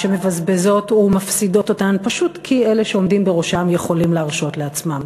שמבזבזות ומפסידות אותם פשוט כי אלה שעומדים בראשן יכולים להרשות לעצמם.